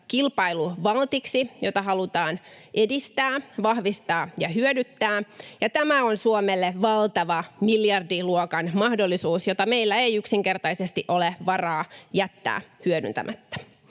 kilpailuvaltiksi, jota halutaan edistää, vahvistaa ja hyödyntää, ja tämä on Suomelle valtava miljardiluokan mahdollisuus, jota meillä ei yksinkertaisesti ole varaa jättää hyödyntämättä.